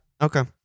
Okay